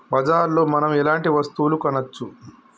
బజార్ లో మనం ఎలాంటి వస్తువులు కొనచ్చు?